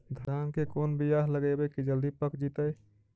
धान के कोन बियाह लगइबै की जल्दी पक जितै?